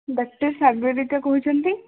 doctor Sagarika କହୁଛନ୍ତି